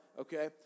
okay